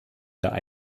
gründe